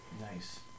Nice